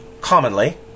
commonly